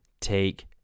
take